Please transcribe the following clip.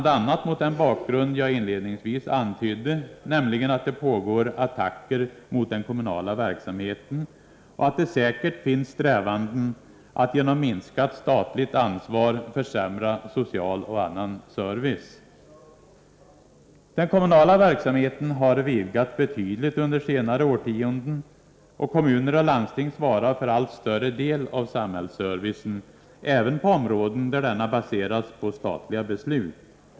a. mot den bakgrund jag inledningsvis antydde, nämligen att det pågår attacker mot den kommunala verksamheten och att det säkert finns strävanden att genom minskat statligt ansvar försämra social och annan service. Den kommunala verksamheten har vidgats betydligt under senare årtionden, och kommuner och landsting svarar för allt större del av samhällsservicen, även på områden där denna baseras på statliga beslut.